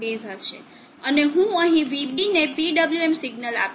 અને હું અહીં Vb ને PWM સિગ્નલ આપીશ